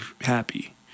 happy